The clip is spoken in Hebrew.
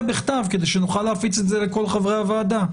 לעשות זאת בכתב כדי שנוכל להפיץ אתך זה לכל חברי הוועדה.